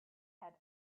had